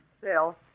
Phil